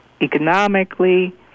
economically